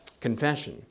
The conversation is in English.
Confession